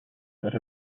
that